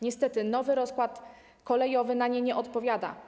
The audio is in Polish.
Niestety nowy rozkład kolejowy na nie nie odpowiada.